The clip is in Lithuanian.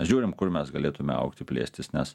žiūrim kur mes galėtume augti plėstis nes